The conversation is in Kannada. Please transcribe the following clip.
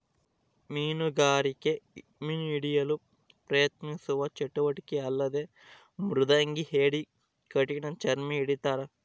ಮೀನುಗಾರಿಕೆ ಮೀನು ಹಿಡಿಯಲು ಪ್ರಯತ್ನಿಸುವ ಚಟುವಟಿಕೆ ಅಲ್ಲದೆ ಮೃದಂಗಿ ಏಡಿ ಕಠಿಣಚರ್ಮಿ ಹಿಡಿತಾರ